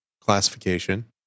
classification